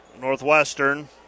Northwestern